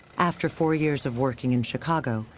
after four years of working in chicago,